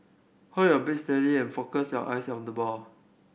hold your beat steady and focus your eyes on the ball